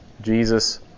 Jesus